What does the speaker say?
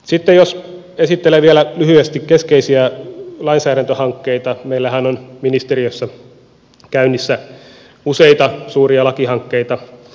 sitten jos esittelen vielä lyhyesti keskeisiä lainsäädäntöhankkeita meillähän on ministeriössä käynnissä useita suuria lakihankkeita